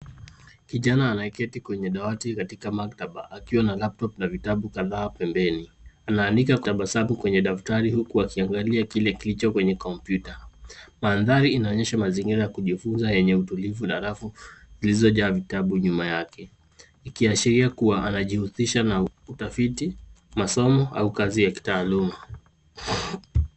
Kijana anayeketi kwenye dawati katika maktaba akiwa na laptop na vitabu kadhaa pembeni. Anaandika akitabasamu kwenye vitabu huku akiangalia kile kilicho kwenye komputa. Mandhari inaonyesha mazingira ya kujifunza yenye utulivu na rafu zilizojaa vitabu nyuma yake ikiashiria kuwa anajihusisha na utafiti, masomo au kazi ya kitaaluma.